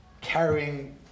carrying